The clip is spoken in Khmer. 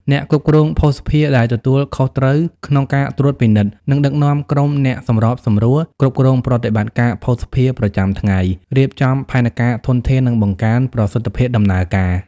អ្នកគ្រប់គ្រងភស្តុភារ ដែលទទួលខុសត្រូវក្នុងការត្រួតពិនិត្យ និងដឹកនាំក្រុមអ្នកសម្របសម្រួល គ្រប់គ្រងប្រតិបត្តិការភស្តុភារប្រចាំថ្ងៃ រៀបចំផែនការធនធាន និងបង្កើនប្រសិទ្ធភាពដំណើរការ។